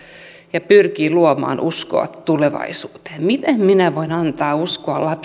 ja pyrkii luomaan uskoa tulevaisuuteen miten minä voin antaa uskoa